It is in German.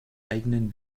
eigenen